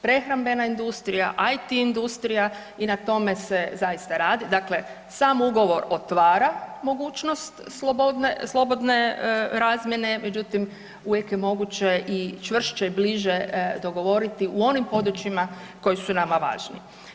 Prehrambena industrija, IT industrija i na tome se zaista radi, dakle sam ugovor otvara mogućnost slobodne razmjene, međutim, uvijek je moguće i čvršće i bliže dogovoriti u onim područjima koji su nama važni.